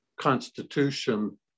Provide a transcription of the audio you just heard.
constitution